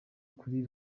kuri